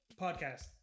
podcast